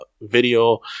video